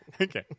Okay